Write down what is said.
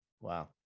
wow